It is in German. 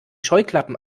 scheuklappen